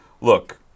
look